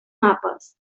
mapes